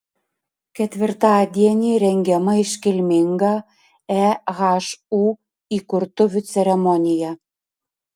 ketvirtadienį rengiama iškilminga ehu įkurtuvių ceremonija